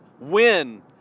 win